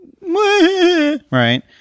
right